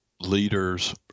leaders